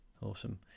Awesome